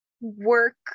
work